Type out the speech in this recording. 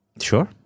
Sure